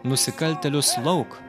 nusikaltėlius lauk